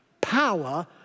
Power